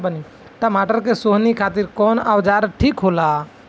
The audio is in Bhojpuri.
टमाटर के सोहनी खातिर कौन औजार ठीक होला?